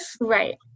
Right